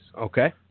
Okay